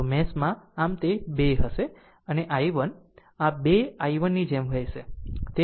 તો આ મેશ માં આમ તે 2 હશે અને i1 આ 2 i1 ની જેમ વહેશે